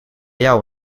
jou